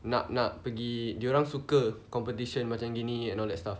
nak nak pergi dia orang suka competition macam gini and all that stuff